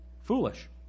Foolish